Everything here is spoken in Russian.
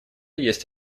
есть